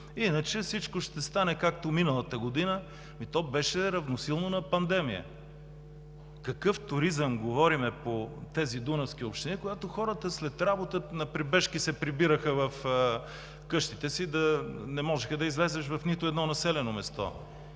Иначе всичко ще стане както миналата година, а то беше равносилно на пандемия. За какъв туризъм говорим по тези дунавски общини, когато хората след работа на прибежки се прибираха в къщите – не можеха да излязат в нито едно населено място?